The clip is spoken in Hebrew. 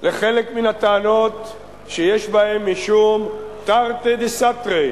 לחלק מן הטענות שיש בהן משום תרתי דסתרי,